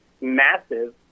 massive